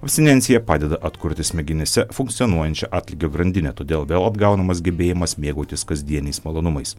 abstinencija padeda atkurti smegenyse funkcionuojančią atlygio grandinę todėl vėl atgaunamas gebėjimas mėgautis kasdieniais malonumais